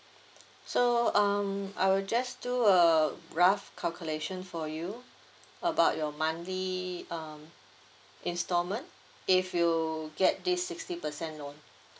so um I will just do a rough calculation for you about your monthly um instalment if you get this sixty percent loan